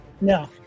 No